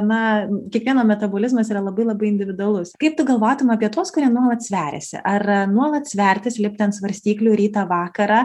na kiekvieno metabolizmas yra labai labai individualus kaip tu galvotum apie tuos kurie nuolat sveriasi ar nuolat svertis lipti ant svarstyklių rytą vakarą